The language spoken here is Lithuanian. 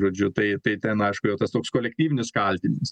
žodžiu tai tai ten aišku jau tas toks kolektyvinis kaltinimas